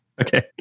Okay